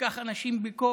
לקח אנשים בכוח.